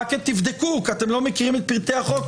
תבדקו, כי אתם לא מכירים את פרטי החוק.